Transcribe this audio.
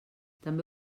també